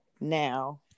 now